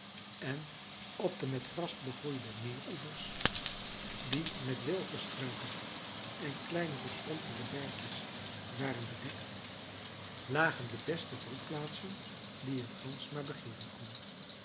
en op de met gras begroeide meeroevers die met wilgenstruiken en kleine verschrompelde berkjes waren bedekt lagen de beste broedplaatsen die een gans maar begeeren kon